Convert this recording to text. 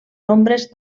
nombres